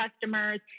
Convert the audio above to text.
customers